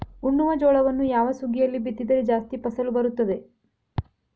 ಉಣ್ಣುವ ಜೋಳವನ್ನು ಯಾವ ಸುಗ್ಗಿಯಲ್ಲಿ ಬಿತ್ತಿದರೆ ಜಾಸ್ತಿ ಫಸಲು ಬರುತ್ತದೆ?